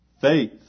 Faith